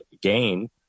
gain